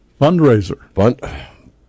Fundraiser